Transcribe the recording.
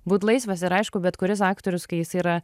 būt laisvas ir aišku bet kuris aktorius kai jisai yra